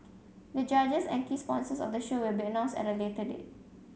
the judges and key sponsors of the show will be announced at a later date